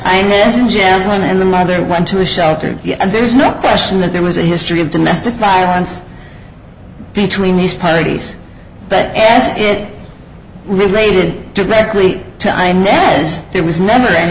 jasmine and the mother went to a shelter and there's no question that there was a history of domestic violence between these parties but as it related to beverly to i know as there was never any